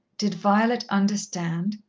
did violet understand?